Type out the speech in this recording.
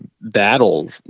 battle